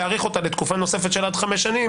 להאריך אותה לתקופה נוספת של עד חמש שנים